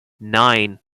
nine